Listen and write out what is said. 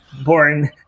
born